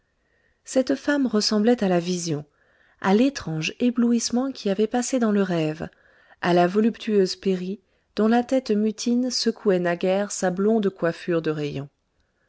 cette femme ressemblait à la vision à l'étrange éblouissement qui avait passé dans le rêve à la voluptueuse péri dont la tête mutine secouait naguère sa blonde coiffure de rayons